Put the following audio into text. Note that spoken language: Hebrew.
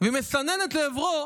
והיא מסננת לעברו